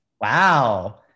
wow